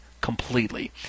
completely